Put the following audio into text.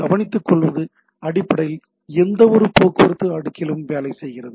கவனித்துக்கொள்வது அடிப்படையில் எந்தவொரு போக்குவரத்து அடுக்கிலும் வேலை செய்கிறது